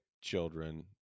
Children